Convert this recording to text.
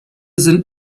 sind